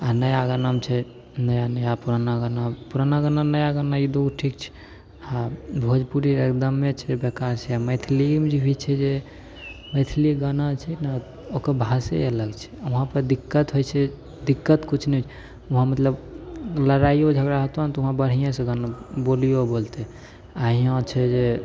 आ नया गानामे छै नया नया पुराना गाना पुराना गाना नया गाना ई दू गो ठीक छै आ भोजपुरी एगदमे छै बेकार छै मैथिलिएमे जे भी छै जे मैथिली गाना छै ने ओकर भाषे अलग छै वहाँ पऽ दिक्कत होय छै दिक्कत किछु नहि वहाँ मतलब लड़ाइयो झगड़ा होतो ने तऽ वहाँ बढिएसँ गाना बोलियो बोलतै आ हियाँ छै जे